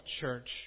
church